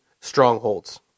strongholds